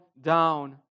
down